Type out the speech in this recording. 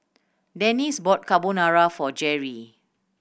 Dennis bought Carbonara for Jerrie